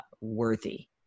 worthy